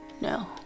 no